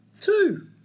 Two